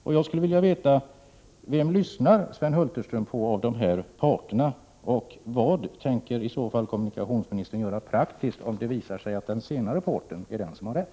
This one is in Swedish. Vem av dessa parter lyssnar Sven Hulterström på, och vad tänker kommunikationsministern göra praktiskt, om det visar sig att den senare parten är den som har rätt?